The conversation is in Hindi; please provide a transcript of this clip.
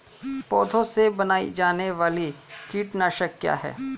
पौधों से बनाई जाने वाली कीटनाशक क्या है?